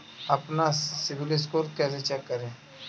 अपना सिबिल स्कोर कैसे चेक करें?